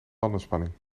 bandenspanning